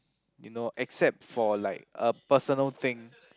you know except for like a personal thing